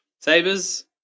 Sabers